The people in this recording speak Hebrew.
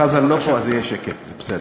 חזן לא פה אז יהיה שקט, זה בסדר.